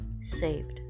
saved